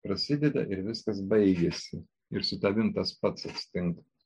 prasideda ir viskas baigiasi ir su tavim tas pats atsitinka